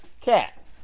cat